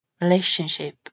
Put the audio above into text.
relationship